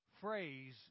phrase